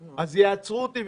אז יעצרו אותי?